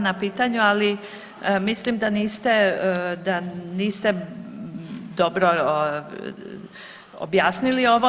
Hvala na pitanju, ali mislim da niste, da niste dobro objasnili ovo.